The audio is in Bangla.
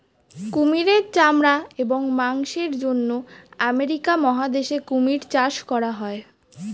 কুমিরের চামড়া এবং মাংসের জন্য আমেরিকা মহাদেশে কুমির চাষ করা হয়